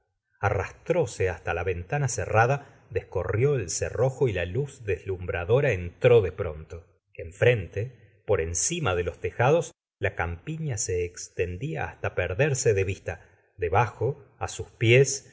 arras tróse hasta la ventana cerrada descorrió el cerrojo y la luz deslumbradora entró de pronto enfrente por encima de los tejados la campiña se extendía hasta perderse de vista debajo á sus pies